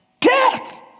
Death